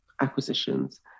acquisitions